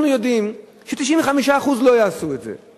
אנחנו יודעים ש-95% לא יעשו את זה.